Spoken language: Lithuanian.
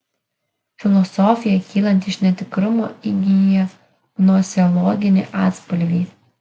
filosofija kylanti iš netikrumo įgyja gnoseologinį atspalvį